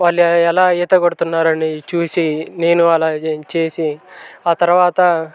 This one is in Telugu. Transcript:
వాళ్ళు ఎలా ఈత కొడుతున్నారా అని చూసి నేను అలా చేసి ఆ తర్వాత